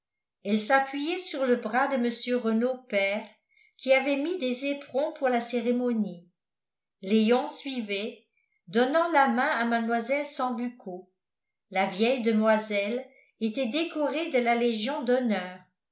elle s'appuyait sur le bras de mr renault père qui avait mis des éperons pour la cérémonie léon suivait donnant la main à mlle sambucco la vieille demoiselle était décorée de la légion d'honneur